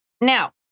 Now